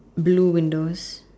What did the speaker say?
blue windows